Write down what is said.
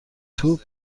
توپ